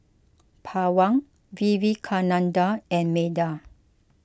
Pawan Vivekananda and Medha